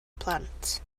plant